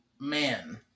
man